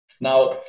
Now